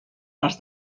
les